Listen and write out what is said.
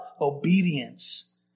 obedience